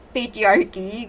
patriarchy